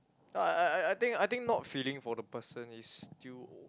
no I I I I think I think not feeling for the person is still